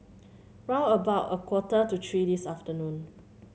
round about a quarter to three this afternoon